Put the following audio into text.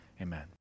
Amen